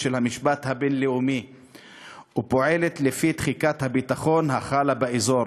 של המשפט הבין-לאומי ופועלת לפי תחיקת הביטחון החלה באזור.